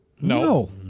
No